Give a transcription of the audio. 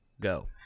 Go